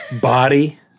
body